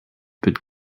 but